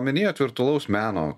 minėjot virtualaus meno